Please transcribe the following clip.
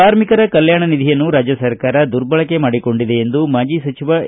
ಕಾರ್ಮಿಕರ ಕಲ್ಯಾಣ ನಿಧಿಯನ್ನು ರಾಜ್ಯ ಸರ್ಕಾರ ದುರ್ಬಳಕೆ ಮಾಡಿಕೊಂಡಿದೆ ಎಂದು ಮಾಜಿ ಸಚಿವ ಎ